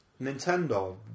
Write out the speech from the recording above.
Nintendo